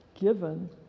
given